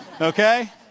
okay